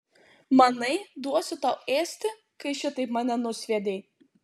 manai duosiu tau ėsti kai šitaip mane nusviedei